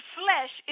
flesh